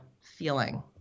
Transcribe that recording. feeling